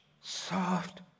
soft